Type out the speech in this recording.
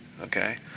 okay